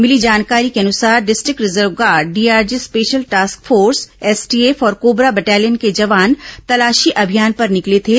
मिली जानकारी के अनुसार district reserve guard DRG special task force STF और कोबरा बटालियन के जवान तलाशी अभियान पर निकले थे